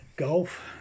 Golf